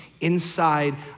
inside